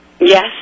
Yes